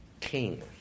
king